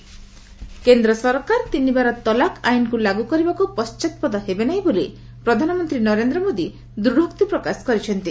PM W B କେନ୍ଦ୍ର ସରକାର ତିନିବାର ତଲାକ୍ ଆଇନ୍କୁ ଲାଗୁ କରିବାକୁ ପଣ୍ଟାତପଦ ହେବେ ନାହିଁ ବୋଲି ପ୍ରଧାନମନ୍ତ୍ରୀ ନରେନ୍ଦ୍ର ମୋଦି ଦୂଢୋକ୍ତି ପ୍ରକାଶ କରିଛନ୍ତି